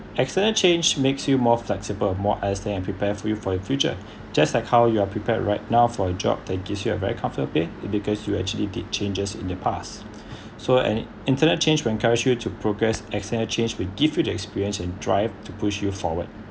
external change makes you more flexible more as and they prepare for you your future just like how you are prepared right now for a job that gives you a very comfortably because you actually did changes in the past so and internet change will encourage you to progress external change will give you the experience and drive to push you forward